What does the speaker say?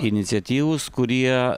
iniciatyvūs kurie